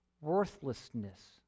worthlessness